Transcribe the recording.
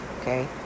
Okay